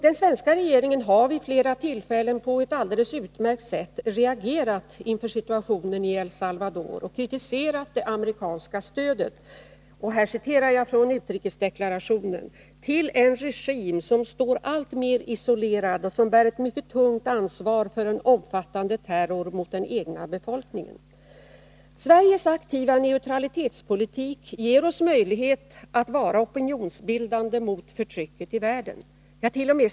Den svenska regeringen har vid flera tillfällen på ett alldeles utmärkt sätt reagerat inför situationen i El Salvador och kritiserat det amerikanska stödet ”till en regim som står alltmer isolerad och som bär ett mycket tungt ansvar för en omfattande terror mot den egna befolkningen”. Citatet är hämtat från utrikesdeklarationen. Sveriges aktiva neutralitetspolitik ger oss möjlighet att vara opinionsbildande mot förtrycket i världen. T. o. m.